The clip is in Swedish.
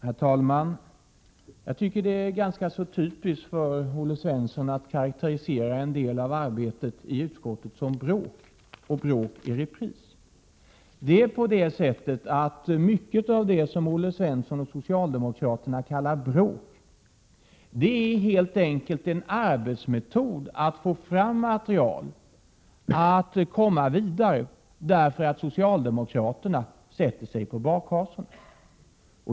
Herr talman! Jag tycker att det är typiskt för Olle Svensson att karakterisera en del av arbetet i utskottet som bråk, och bråk i repris. Mycket av det som Olle Svensson och socialdemokraterna kallar för bråk är en arbetsmetod för att få fram material för att komma vidare, eftersom socialdemokraterna sätter sig på bakhasorna.